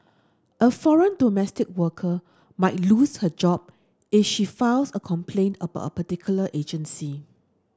a foreign domestic worker might lose her job if she files a complaint about a particular agency